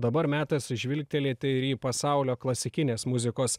dabar metas žvilgtelėti ir į pasaulio klasikinės muzikos